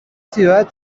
ciudad